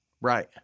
Right